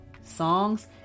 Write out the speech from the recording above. songs